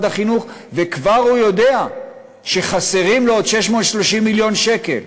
החינוך וכבר הוא יודע שחסרים לו עוד 630 מיליון שקל.